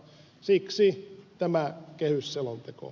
siksi tämä kehysselonteko